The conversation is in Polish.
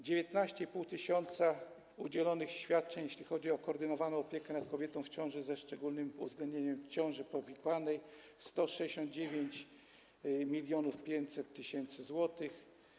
19,5 tys. udzielonych świadczeń, jeśli chodzi o koordynowaną opiekę nad kobietą w ciąży ze szczególnym uwzględnieniem ciąży powikłanej, 169 500 tys. zł.